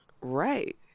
Right